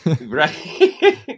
right